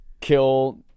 kill